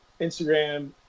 Instagram